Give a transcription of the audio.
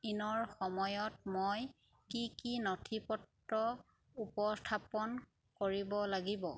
ইনৰ সময়ত মই কি কি নথিপত্ৰ উপস্থাপন কৰিব লাগিব